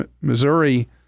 Missouri